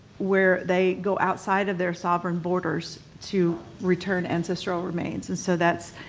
where they go outside of their sovereign borders to return ancestral remains, and so that's,